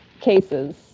cases